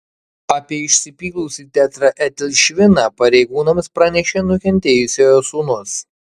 apie išsipylusį tetraetilšviną pareigūnams pranešė nukentėjusiojo sūnus